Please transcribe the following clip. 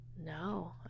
No